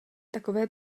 takové